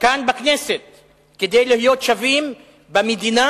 כאן בכנסת כדי להיות שווים במדינה,